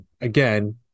Again